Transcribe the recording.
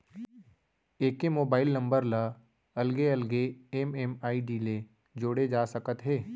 एके mobile number ल अलगे अलगे एम.एम.आई.डी ले जोड़े जा सकत हे